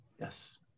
Yes